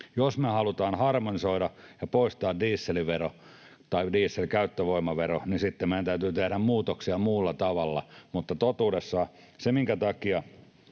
Jos me halutaan harmonisoida ja poistaa dieselkäyttövoimavero, niin sitten meidän täytyy tehdä muutoksia muulla tavalla. Mutta totuudessa syy siihen, minkä takia